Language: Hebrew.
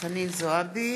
(קוראת בשם חברת הכנסת) חנין זועבי,